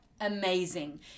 amazing